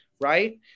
right